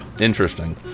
interesting